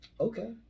Okay